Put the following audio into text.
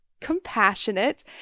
Compassionate